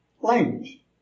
language